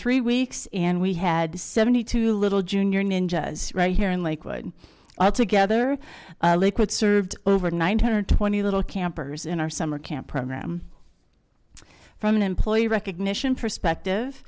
three weeks and we had seventy two little junior ninjas right here in lakewood all together lakewood served over nine hundred twenty little campers in our summer camp program from an employee recognition perspective